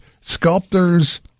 sculptors